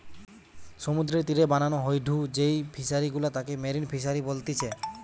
সমুদ্রের তীরে বানানো হয়ঢু যেই ফিশারি গুলা তাকে মেরিন ফিসারী বলতিচ্ছে